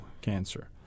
cancer